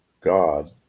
God